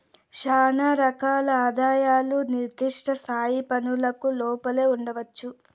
శానా రకాల ఆదాయాలు నిర్దిష్ట స్థాయి పన్నులకు లోపలే ఉండొచ్చు